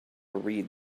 read